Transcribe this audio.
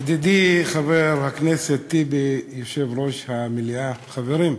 ידידי חבר הכנסת טיבי, יושב-ראש המליאה, חברים,